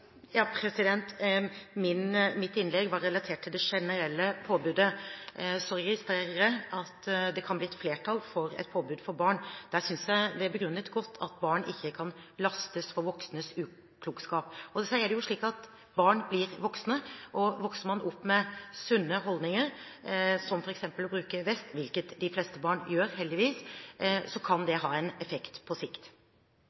Mitt innlegg var relatert til det generelle påbudet. Jeg registrerer at det kan bli et flertall for et påbud for barn. Jeg synes det er begrunnet godt at barn ikke kan lastes for voksnes uklokskap. Barn blir voksne, og vokser man opp med sunne holdninger, som f.eks. å bruke vest – hvilket de fleste barn gjør, heldigvis – kan det